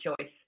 choice